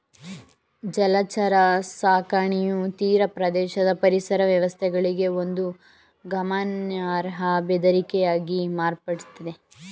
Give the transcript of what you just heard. ಜಲಚರ ಸಾಕಣೆಯು ತೀರಪ್ರದೇಶದ ಪರಿಸರ ವ್ಯವಸ್ಥೆಗಳಿಗೆ ಒಂದು ಗಮನಾರ್ಹ ಬೆದರಿಕೆಯಾಗಿ ಮಾರ್ಪಡ್ತಿದೆ